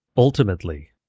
Ultimately